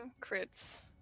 crits